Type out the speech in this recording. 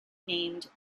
named